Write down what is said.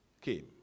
came